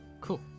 cool